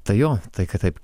tai jo tai kad taip